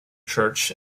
church